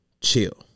chill